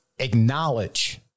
acknowledge